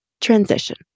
transition